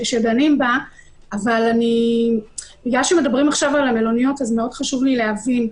אבל בגלל שמדובר במלוניות חשוב לי להבין,